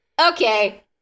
okay